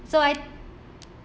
so I